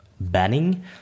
banning